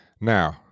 Now